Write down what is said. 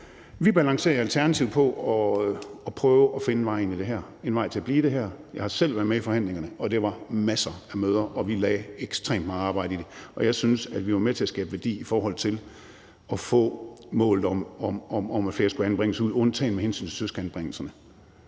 vil balancere på at prøve at finde en vej til at blive i det her. Jeg har selv været med i forhandlingerne, og det var masser af møder, og vi lagde ekstremt meget arbejde i det. Og jeg synes, at vi var med til at skabe værdi i forhold til at få målet om, at flere skulle anbringes, ud – undtagen med hensyn til søskendeanbringelserne,